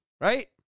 right